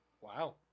Wow